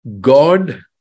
God